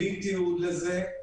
בלי תיעוד לזה,